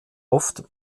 oft